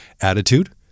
Attitude